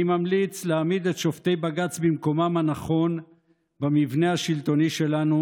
אני ממליץ להעמיד את שופטי בג"ץ במקומם הנכון במבנה השלטוני שלנו